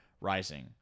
rising